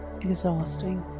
exhausting